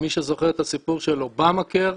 מי שזוכר את הסיפור של אובמה-קר,